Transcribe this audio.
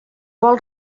vol